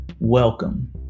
Welcome